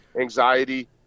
anxiety